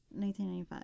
1995